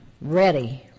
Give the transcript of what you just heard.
ready